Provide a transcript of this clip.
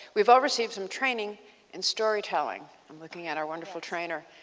we have all received some training in story telling. um looking at our wonderful trainer.